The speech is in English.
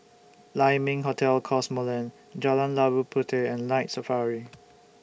Lai Ming Hotel Cosmoland Jalan Labu Puteh and Night Safari